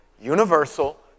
universal